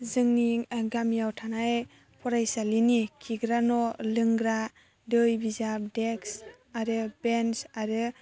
जोंनि गामियाव थानाय फरायसालिनि खिग्रा न' लोंग्रा दै बिजाब डेक्स आरो बेन्स आरो